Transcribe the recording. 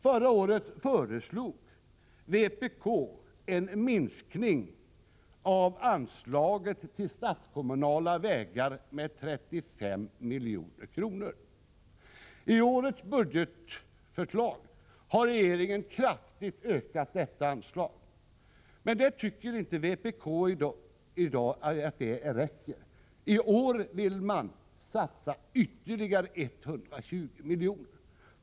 Förra året föreslog vpk en minskning av anslaget till statskommunala vägar med 35 milj.kr. I årets budgetförslag har regeringen kraftigt ökat detta anslag, men det tycker inte vpk räcker i dag. I år vill man satsa ytterligare 120 miljoner.